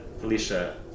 Felicia